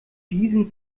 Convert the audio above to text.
diesen